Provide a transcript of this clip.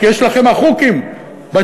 כי יש לכם אחוקים בהתנחלויות,